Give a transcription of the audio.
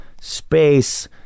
space